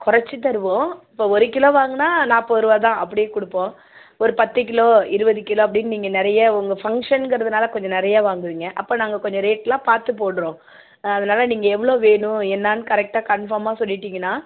குறச்சி தருவோம் இப்போ ஒரு கிலோ வாங்குனா நாற்பதுருவா தான் அப்படினு கொடுப்போம் ஒரு பத்து கிலோ இருபது கிலோ அப்படினு நீங்கள் நிறையா உங்கள் ஃபங்க்ஷன்கிறதுனால கொஞ்சம் நிறைய வாங்குவிங்க அப்போ நாங்கள் கொஞ்சம் ரேட் எல்லாம் பார்த்து போடுறோம் அதனால் நீங்கள் எவ்வளோ வேணும் என்னான்னு கரெக்டாக கன்ஃபர்ம்மாக சொல்லிவிட்டிங்கனா